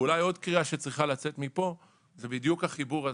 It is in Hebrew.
ואולי עוד קריאה שצריכה לצאת מפה זה בדיוק החיבור הזה.